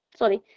sorry